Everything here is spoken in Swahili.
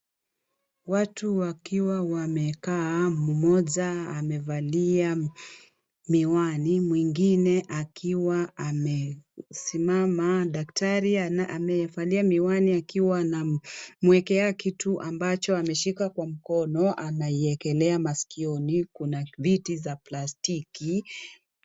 Watu wakiwa wamekaa. Mmoja amevalia miwani mwingine akiwa amesimama. Daktari amevalia miwani akiwa anamwekea kitu ambacho ameshika kwa mkono, anaiwekelea masikioni. Kuna viti za plastiki.